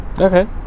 Okay